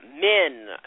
men